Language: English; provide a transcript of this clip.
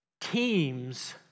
Teams